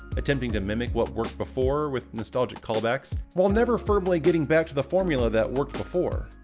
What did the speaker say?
attempting to mimic what worked before with nostalgic callbacks, while never firmly getting back to the formula that worked before.